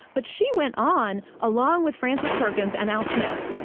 but she went on, along with frances perkins and al smith.